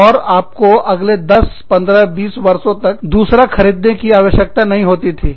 और आपको अगले 10 15 20 वर्षों तक दूसरा खरीदने की आवश्यकता नहीं होती थी